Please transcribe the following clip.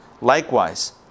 Likewise